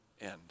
end